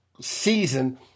season